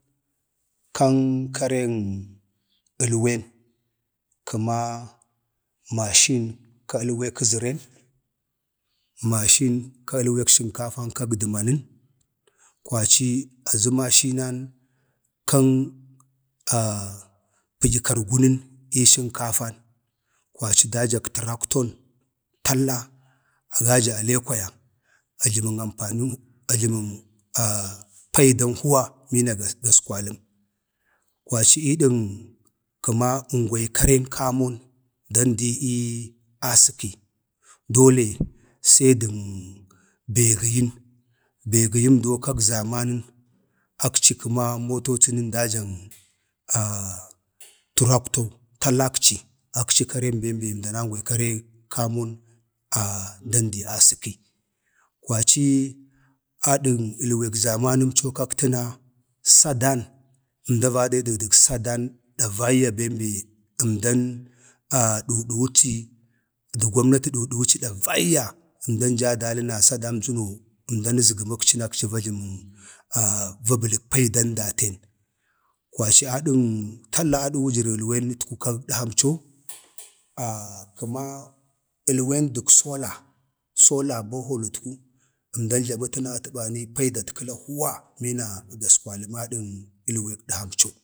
karən əlwen, kəmaa mashinkə alwe kəzəran, mashine kag əlwee shinkafa kak dəmanə, kwaci azə mashinan kan pdya kargunən ii sənkafen kwaci dajak trakton, talla agaja ale kwaya ajəmən ampanin, aljəmən dən paidan huwa məna gaskwa ləm. kwaci ii ən kəma əngwayi kare kaman dandi ii asəki dole se dən be gəyən, be gəyamdo kan zamanu, akci kəmaa motocinən dajan təraktoo talakci akci karen bembe əmdan angwayi kare kaman dan ii asəki kwaci adən əlweg zamanəmco akci ba sadan əmda vanayə dək sadan davaiyya bem be əmdan duuduwaci du gomnati duuduci davaiyya, əmdan jaa dalə na safamsəno əmdan əzgəmbi na akci va bələk paidan daten, kwaci adən talla adək wujərən əlwen kag dəlam co kəmaa əlwen dək sda, sda bohol ətku əmdan jləmətəna atə bani paidat kəla huuwa mina gaskwaləm adək əlweg dəhamco.